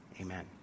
Amen